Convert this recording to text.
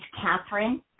Catherine